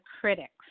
critics